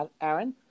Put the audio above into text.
Aaron